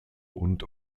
und